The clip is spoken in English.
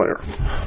player